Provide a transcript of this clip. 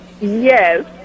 Yes